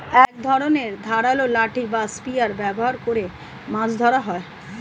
এক ধরনের ধারালো লাঠি বা স্পিয়ার ব্যবহার করে মাছ ধরা হয়